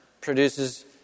produces